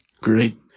Great